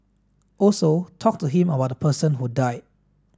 also talk to him about the person who died